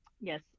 yes